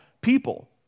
people